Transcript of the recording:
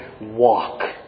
walk